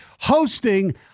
hosting